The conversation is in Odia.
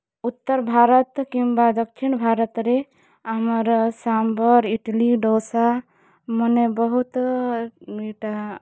ଉତ୍ତର୍ ଭାରତ୍ କିମ୍ୱା ଦକ୍ଷିଣ୍ ଭାରତ୍ରେ ଆମର ସାମ୍ୱର୍ ଇଟିଲି ଡୋସାମନେ ବହୁତ୍ ଇଟା